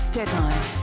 Deadline